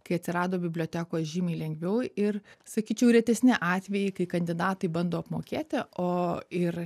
kai atsirado bibliotekos žymiai lengviau ir sakyčiau retesni atvejai kai kandidatai bando apmokėti o ir